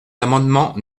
l’amendement